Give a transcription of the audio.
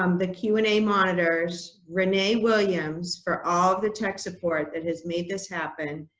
um the q and a monitors, renee williams for all of the tech support that has made this happen,